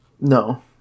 No